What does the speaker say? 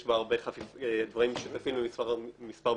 יש הרבה דברים משותפים עם מספר משרדים,